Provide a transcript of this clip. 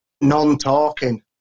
non-talking